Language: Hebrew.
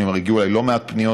אני אומר שהגיעו אליי לא מעט פניות